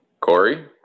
Corey